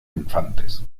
infantes